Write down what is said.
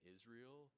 Israel